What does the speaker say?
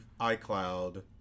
iCloud